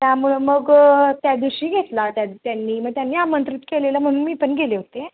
त्यामुळं मग त्या दिवशी घेतला त्या त्यांनी मग त्यांनी आमंत्रित केलेला म्हणून मी पण गेले होते